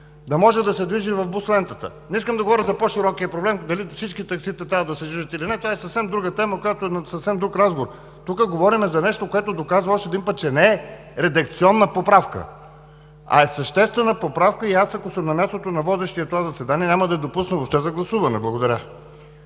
да може да се движи в бус лентата. Не искам да говоря за по-широкия проблем – дали всички таксита трябва да се движат или не, това е съвсем друга тема на съвсем друг разговор. Тук говорим за нещо, което доказва още един път, че не е редакционна поправка, а е съществена и аз, ако съм на мястото на водещия това заседание, няма да я допусна въобще за гласуване. Благодаря.